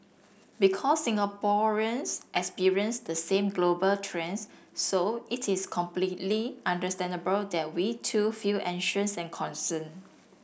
because Singaporeans experience the same global trends so it is completely understandable that we too feel anxious and concerned